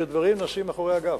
שדברים נעשים מאחורי הגב.